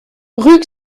rue